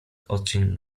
odcień